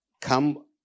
come